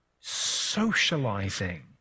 socializing